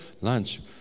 lunch